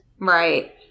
Right